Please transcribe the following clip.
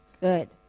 Good